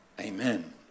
amen